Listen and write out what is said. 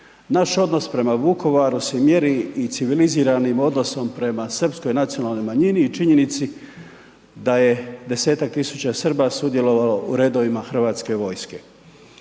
Naš odnos prema Vukovaru se mjeri i civiliziranim odnosom prema srpskoj nacionalnoj manjini i činjenici da je desetak tisuća Srba sudjelovalo u redovima Hrvatske vojske.